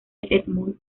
edmund